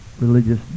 religious